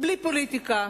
בלי פוליטיקה,